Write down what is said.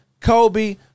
Kobe